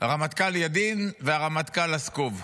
הרמטכ"ל ידין והרמטכ"ל לסקוב.